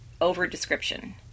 over-description